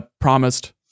promised